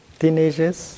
teenagers